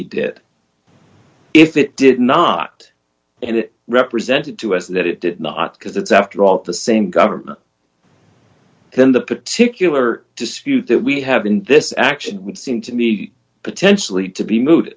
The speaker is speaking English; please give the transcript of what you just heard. did if it did not and it represented to us that it did not because it's after all the same government then the particular dispute that we have in this action would seem to me potentially to be mo